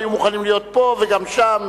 היו מוכנים להיות גם פה וגם שם,